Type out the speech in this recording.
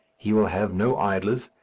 he will have no idlers,